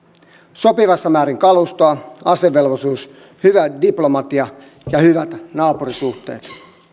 sopivassa määrin kalustoa asevelvollisuus hyvä diplomatia ja hyvät naapurisuhteet